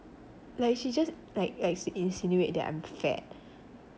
like she just like likes to insinuate that I'm fat